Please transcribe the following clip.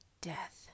death